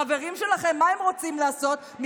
מה החברים שלכם רוצים לעשות?